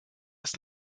ist